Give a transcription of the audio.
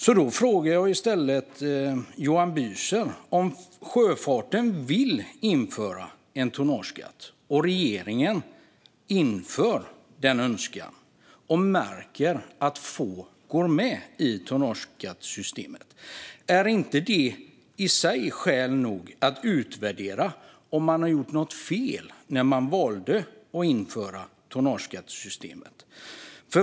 Därför frågar jag i stället Johan Büser: Om sjöfarten vill införa en tonnageskatt och regeringen hörsammar önskan och inför en sådan skatt och sedan märker att få går med i tonnageskattesystemet, är inte det i sig skäl nog att utvärdera om man gjorde något fel när man valde att införa tonnageskattesystemet?